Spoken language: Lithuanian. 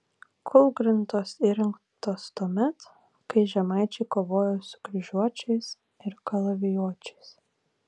kūlgrindos įrengtos tuomet kai žemaičiai kovojo su kryžiuočiais ir kalavijuočiais